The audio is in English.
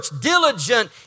diligent